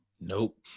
Nope